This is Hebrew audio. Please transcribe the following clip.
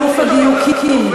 אלוף הדיוקים.